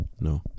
No